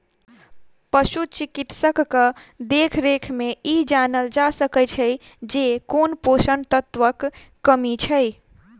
पशु चिकित्सकक देखरेख मे ई जानल जा सकैत छै जे कोन पोषण तत्वक कमी छै